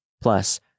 Plus